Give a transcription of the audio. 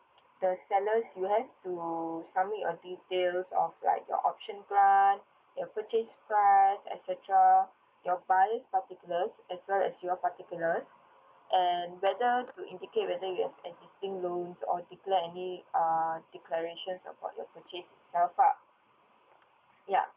the sellers you have to submit your details of like your option grant your purchase grant et cetera your buyer's particulars as well as your particulars and whether to indicate whether you have existing loans or declare any uh declaration upon your purchase itself ah ya